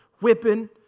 whipping